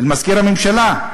אל מזכיר הממשלה.